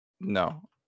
no